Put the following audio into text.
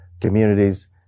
communities